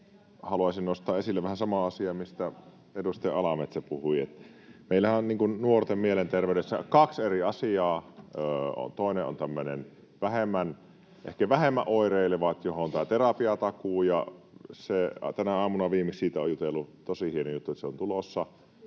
Haluaisin nostaa esille vähän saman asian kuin mistä edustaja Alametsä puhui. Meillähän on nuorten mielenterveydessä kaksi eri asiaa. Toinen on ehkä vähemmän oireilevat, joihin pätee terapiatakuu. Viimeksi tänä aamuna olen siitä jutellut. Tosi hieno juttu, että se on tulossa.